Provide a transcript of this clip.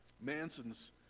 Manson's